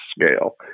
scale